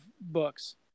books